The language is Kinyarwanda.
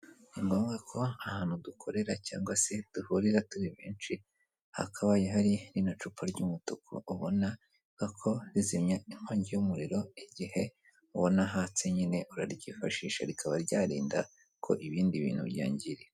Ni ngombwa ko ahantu dukorera cyangwa se duhurira turi benshi hakabaye hari rino cupa ry'umutuku ubona ko rizimya inkongi y'umuriro igihe ubona hatse nyine, uraryifashisha rikaba ryarinda ko ibindi bintu byanyangirika.